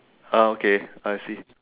ah okay I see